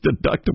deductible